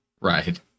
Right